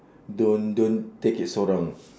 don't don't take it so wrong